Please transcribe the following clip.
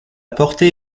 portée